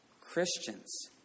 Christians